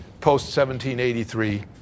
post-1783